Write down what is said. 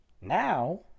Now